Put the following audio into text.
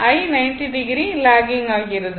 I 90o logging ஆகிறது